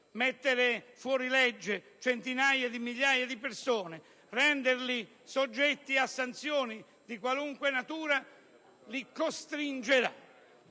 Mettere fuori legge centinaia di migliaia di persone, renderli soggetti a sanzioni di qualunque natura li costringerà